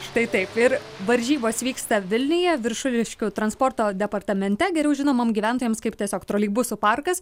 štai taip ir varžybos vyksta vilniuje viršuliškių transporto departamente geriau žinomam gyventojams kaip tiesiog troleibusų parkas